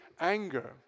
anger